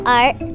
art